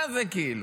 מה זה, כאילו?